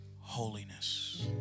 holiness